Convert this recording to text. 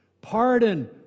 pardon